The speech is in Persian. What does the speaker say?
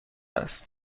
است